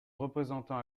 représentant